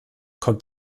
kommt